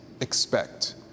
expect